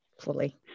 fully